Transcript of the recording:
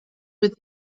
with